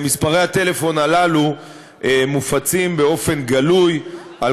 מספרי הטלפון הללו מופצים באופן גלוי על